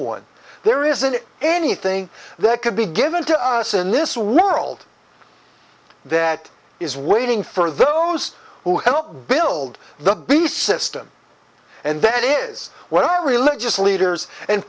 one there isn't anything that could be given to us in this world that is waiting for those who help build the beast system and that is what our religious leaders and